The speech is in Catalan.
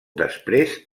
després